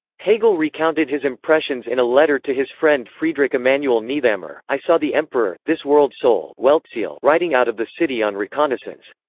hegel recounted his impressions in a letter to his friend friedrich immanuel niethammer i saw the emperor this world-soul world-soul riding out of the city on reconnaissance.